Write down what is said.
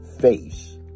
face